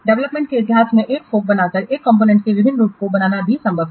डेवलपमेंटके इतिहास में एक फोक बनाकर एक कॉम्पोनेंट के विभिन्न रूपों को बनाना भी संभव है